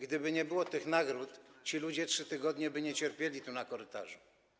Gdyby nie było tych nagród, ci ludzie 3 tygodnie by nie cierpieli tu na korytarzu.